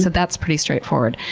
that's pretty straightforward.